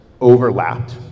overlapped